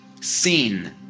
seen